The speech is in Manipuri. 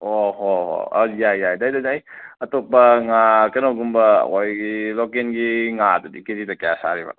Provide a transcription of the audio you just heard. ꯑꯣ ꯍꯣꯏ ꯍꯣꯏ ꯌꯥꯏ ꯌꯥꯏ ꯑꯗꯩꯗꯨꯗ ꯑꯩ ꯑꯇꯣꯞꯄ ꯉꯥ ꯀꯩꯅꯣꯒꯨꯝꯕ ꯑꯩꯈꯣꯏꯒꯤ ꯂꯣꯀꯦꯟꯒꯤ ꯉꯥꯗꯨꯗꯤ ꯀꯦꯖꯤꯗ ꯀꯌꯥ ꯁꯥꯔꯤꯕ